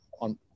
on